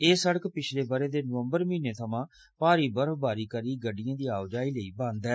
एह् शिड़क पिच्छले बरे दे नवम्बर म्हीनें सोयां भारी बर्फबारी करी गड़डियें दी आओ जाई लेई बंद ऐ